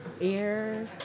air